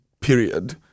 period